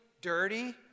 dirty